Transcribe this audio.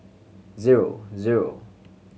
zero zero